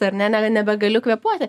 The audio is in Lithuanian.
ar ne nebegaliu kvėpuoti